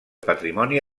patrimoni